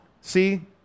see